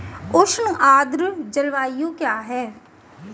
उष्ण आर्द्र जलवायु क्या है?